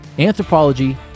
anthropology